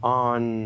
on